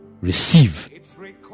receive